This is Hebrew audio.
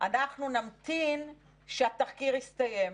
אנחנו נמתין שהתחקיר יסתיים.